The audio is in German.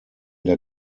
der